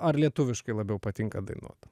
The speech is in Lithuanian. ar lietuviškai labiau patinka dainuot